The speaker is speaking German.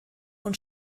und